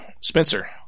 spencer